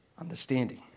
understanding